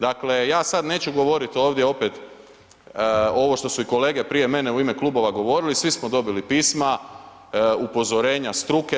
Dakle ja sada neću govoriti ovdje opet ovo što su i kolege prije mene u ime klubova govorili, svi smo dobili pisma, upozorenja struke.